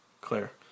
Claire